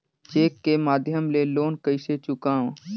Cheque के माध्यम ले लोन कइसे चुकांव?